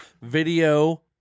Video